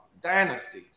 dynasty